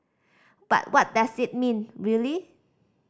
but what does it mean really